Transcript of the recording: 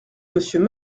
monsieur